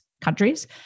countries